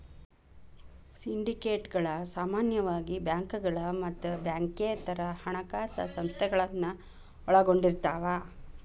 ಸಿಂಡಿಕೇಟ್ಗಳ ಸಾಮಾನ್ಯವಾಗಿ ಬ್ಯಾಂಕುಗಳ ಮತ್ತ ಬ್ಯಾಂಕೇತರ ಹಣಕಾಸ ಸಂಸ್ಥೆಗಳನ್ನ ಒಳಗೊಂಡಿರ್ತವ